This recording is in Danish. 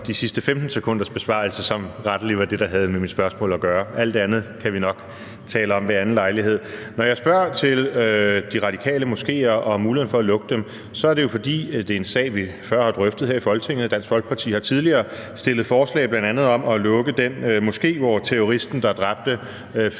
Tak, især for de sidste 15 sekunders besvarelse, som rettelig var det, der havde med mit spørgsmål at gøre. Alt det andet kan vi nok tale om ved anden lejlighed. Når jeg spørger til de radikale moskéer og muligheden for at lukke dem, er det jo, fordi det er en sag, vi før har drøftet her i Folketinget, og Dansk Folkeparti har tidligere stillet forslag bl.a. om at lukke den moské, hvor terroristen, der dræbte Finn